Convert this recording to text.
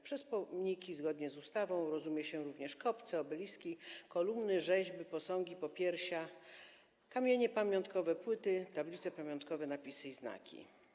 Przez pomniki zgodnie z ustawą rozumie się również kopce, obeliski, kolumny, rzeźby, posągi, popiersia, kamienie pamiątkowe, płyty, tablice pamiątkowe, napisy i znaki.